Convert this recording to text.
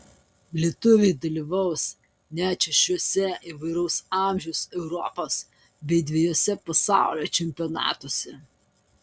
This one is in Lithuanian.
lietuviai dalyvaus net šešiuose įvairaus amžiaus europos bei dvejuose pasaulio čempionatuose